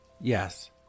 yes